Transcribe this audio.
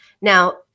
Now